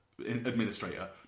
administrator